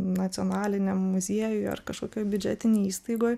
nacionaliniam muziejuj ar kažkokioj biudžetinėj įstaigoj